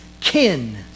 kin